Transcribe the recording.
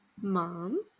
Mom